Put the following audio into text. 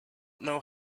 know